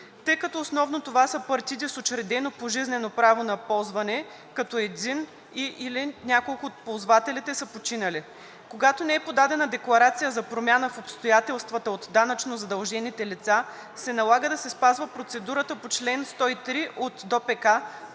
Тъй като основно това са партиди с учредено пожизнено право на ползване, като един или няколко от ползвателите са починали, когато не е подадена декларация за промяна в обстоятелствата от данъчно задължените лица, се налага да се спазва процедурата по чл. 103 от ДОПК,